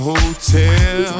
Hotel